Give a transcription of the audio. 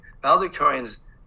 Valedictorians